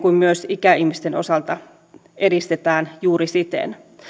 kuin myös ikäihmisten osalta edistetään juuri siten